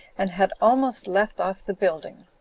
and had almost left off the building.